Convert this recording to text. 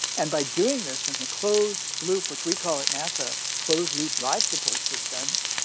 and by doing this in the closed loop which we call at nasa closed loop life-support systems,